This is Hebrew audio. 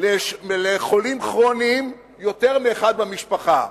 לחולים כרוניים, יותר מאחד במשפחה.